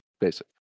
Basic